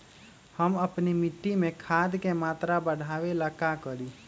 हम अपना मिट्टी में खाद के मात्रा बढ़ा वे ला का करी?